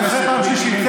פעם שלישית.